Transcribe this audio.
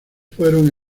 fueron